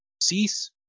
CEASE